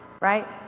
Right